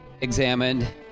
examined